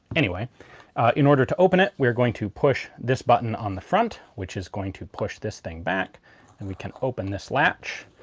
anyway in order to open it, we're going to push this button on the front which is going to push this thing back and we can open this latch,